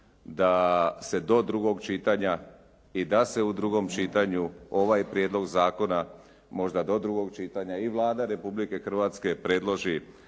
da se do drugog čitanja i da se u drugom čitanju ovaj prijedlog zakona možda do drugog čitanja i Vlada Republike Hrvatske predloži